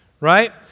right